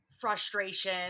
frustration